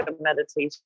meditation